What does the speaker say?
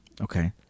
Okay